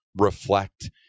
reflect